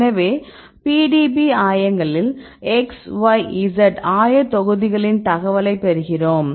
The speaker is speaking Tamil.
எனவே PDB ஆயங்களில் x y z ஆயத்தொகுதிகளின் தகவலை பெறுகிறோம்